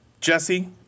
Jesse